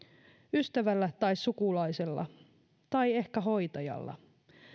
ystävällä tai sukulaisella tai ehkä hoitajalla